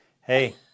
Hey